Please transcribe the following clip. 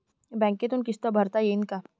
बँकेतून किस्त भरता येईन का?